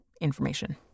information